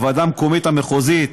הוועדה המקומית המחוזית,